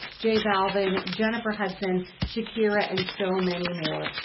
j balvin, jennifer hudson, shakira, and so many more.